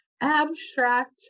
abstract